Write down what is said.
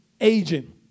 Aging